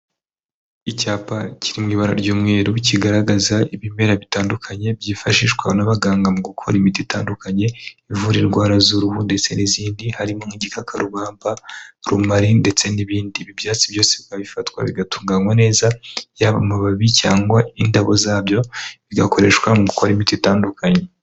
Icyapa kiri mu ibara ry'umweruru kigaragaza ibimera bitandukanye byifashishwa n'abaganga mu gukora imiti itandukanye ivura indwara z'uruhu ndetse n'izindi harimo nk'igikarubamba, rumari ndetse n'ibindi ibi byatsi byose bikaba bifatwa bigatunganywa neza yaba amababi cyangwa indabo zabyo bigakoreshwa mu gukora imiti itandukanye.